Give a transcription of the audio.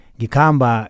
gikamba